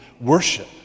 worship